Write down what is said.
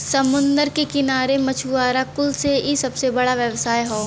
समुंदर के किनारे मछुआरा कुल से इ सबसे बड़ा व्यवसाय हौ